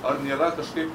ar nėra kažkaip